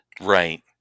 Right